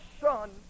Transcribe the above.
son